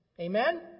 Amen